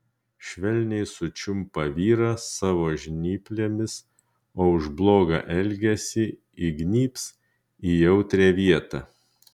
švelniai sučiumpa vyrą savo žnyplėmis o už blogą elgesį įgnybs į jautrią vietą